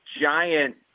giant